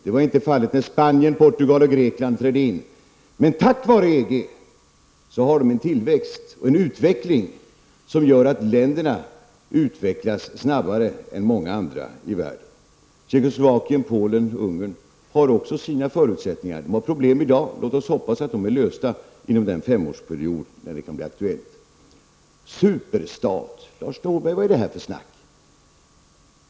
Det var inte fallet när Spanien, Portugal och Grekland trädde in, men tack vare EG har de länderna en tillväxt som gör att de utvecklas snabbare än många andra länder i världen. Tjeckoslovakien, Polen och Ungern har också sina förutsättningar. De har problem i dag. Låt oss hoppas att de blir lösta inom den femårsperiod när det kan bli aktuellt med EG Superstat, säger Lars Norberg vidare. Vad är det för snack?